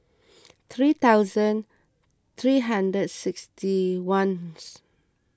three thousand three hundred sixty ones